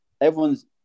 everyone's